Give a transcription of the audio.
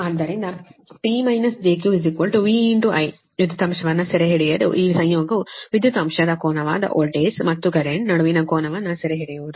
ಆದ್ದರಿಂದ P - jQ VI ವಿದ್ಯುತ್ ಅಂಶವನ್ನು ಸೆರೆಹಿಡಿಯಲು ಈ ಸಂಯೋಗವು ವಿದ್ಯುತ್ ಅಂಶದ ಕೋನವಾದ ವೋಲ್ಟೇಜ್ ಮತ್ತು ಕರೆಂಟ್ ನಡುವಿನ ಕೋನವನ್ನು ಸೆರೆಹಿಡಿಯುವುದು